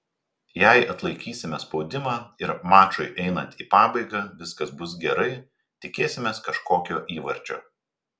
jei atlaikysime spaudimą ir mačui einant į pabaigą viskas bus gerai tikėsimės kažkokio įvarčio